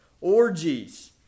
orgies